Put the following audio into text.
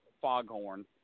foghorn